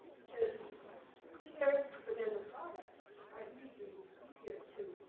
because clear and products are easier easier to